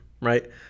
right